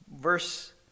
Verse